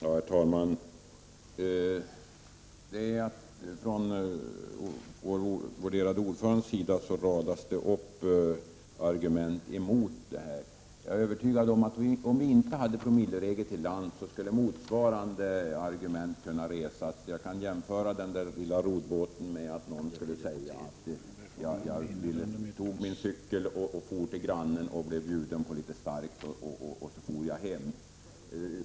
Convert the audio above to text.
Herr talman! Vår värderade ordförande radar upp en mängd argument mot en lagstiftning på detta område. Men om vi inte hade promilleregler till lands är jag övertygad om att motsvarande argument skulle radas upp mot dessa promilleregler. Apropå den lilla roddbåten kan man lika väl säga följande: Jag tog cykeln och for till grannen och blev där bjuden på litet starkt. Sedan for jag hem.